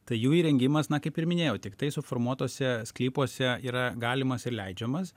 tai jų įrengimas na kaip ir minėjau tiktai suformuotuose sklypuose yra galimas ir leidžiamas